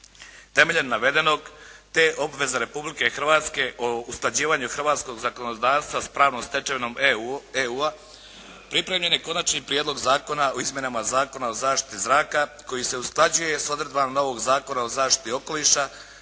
Temeljem navedenog te obveze Republike Hrvatske o usklađivanju hrvatskog zakonodavstva s pravnom stečevinom EU-a pripremljen je Konačni prijedlog Zakona o izmjenama Zakona o zaštiti zraka koji se usklađuje s odredbama novog Zakona o zaštiti okoliša